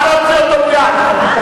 נא להוציא אותו מייד.